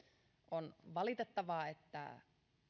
on valitettavaa että